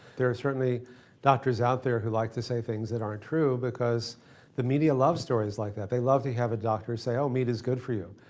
certainly doctors out there who like to say things that aren't true because the media loves stories like that. they love to have a doctor say, oh, meat is good for you.